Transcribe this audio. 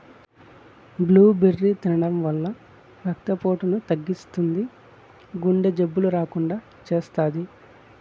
blueberry తినడం వల్ల రక్త పోటును తగ్గిస్తుంది, గుండె జబ్బులు రాకుండా చేస్తాది